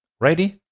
ready?